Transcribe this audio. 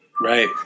right